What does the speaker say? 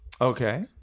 okay